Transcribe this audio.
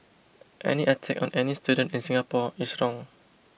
any attack on any student in Singapore is wrong